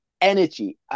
energy